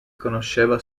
conosceva